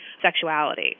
sexuality